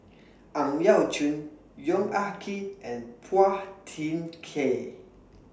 Ang Yau Choon Yong Ah Kee and Phua Thin Kiay